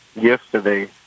yesterday